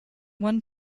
one